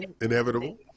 Inevitable